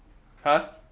!huh!